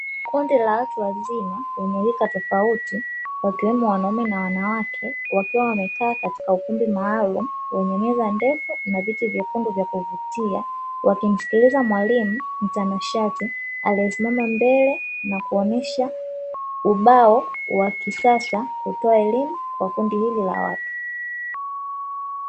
Kundi la watu wazima wenye rika tofauti wakiwemo wanaume na wanawake wakiwa wamekaa katika ukumbi maalum wenye meza ndefu na viti vyekundu vya kuvutia, wakimsikiliza mwalimu mtanashati aliyesimama mbele na kuonyesha ubao wa kisasa kutoa elimu kwa kundi hili la watu.